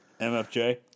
MFJ